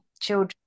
children